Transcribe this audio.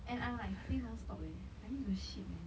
and I'm like farting non stop leh I need to shit man